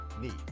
need